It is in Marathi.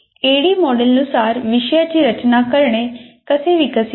ऍडी मॉडेलनुसार विषयाची रचना करणे कसे विकसित होते